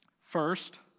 First